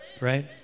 Right